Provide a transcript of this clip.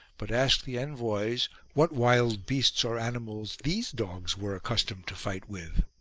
but asked the envoys what wild beasts or animals these dogs were accustomed to fight with.